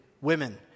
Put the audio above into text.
women